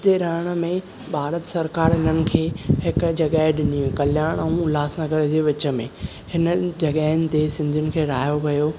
हिते रहण में भारत सरकारु हिननि खे हिकु जॻहि ॾिनी हुई कल्याण ऐं उल्हासनगर जे विच में हिननि जॻहिनि ते सिंधीयुनि खे रहायो वियो